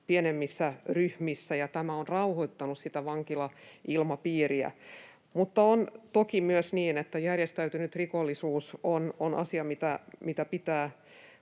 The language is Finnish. pienemmissä ryhmissä ja tämä on rahoittanut vankilailmapiiriä. On toki myös niin, että järjestäytynyt rikollisuus on asia, mikä pitää